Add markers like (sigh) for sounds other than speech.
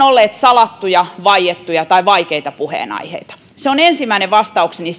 (unintelligible) olleet salattuja vaiettuja tai vaikeita puheenaiheita se on ensimmäinen vastaukseni (unintelligible)